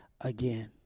again